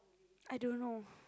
I don't know